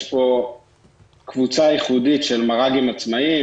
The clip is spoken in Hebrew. פה קבוצה ייחודית של מר"גים עצמאיים.